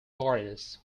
borders